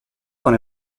con